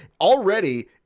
already